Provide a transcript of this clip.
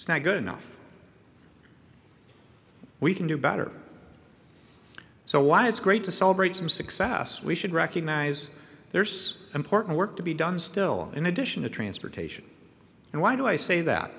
it's not good enough we can do better so why it's great to celebrate some success we should recognize there's important work to be done still in addition to transportation and why do i say that